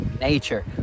nature